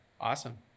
Awesome